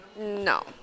No